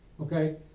Okay